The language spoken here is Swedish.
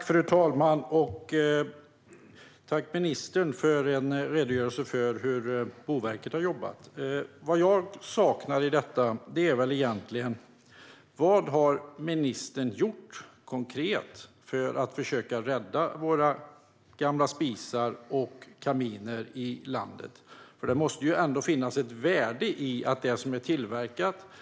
Fru talman! Tack, ministern, för en redogörelse för hur Boverket har jobbat! Vad jag saknar i detta är: Vad har ministern konkret gjort för att försöka rädda våra gamla spisar och kaminer i landet? Det måste ändå finnas ett värde i att det som är tillverkat kan återanvändas.